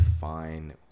fine